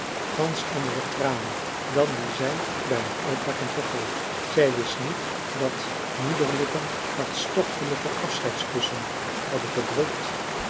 gansch andere tranen dan die zij nu bij het uitpakken vergoot zij wist niet dat moederlippen hartstochtelijke afscheidskussen hadden gedrukt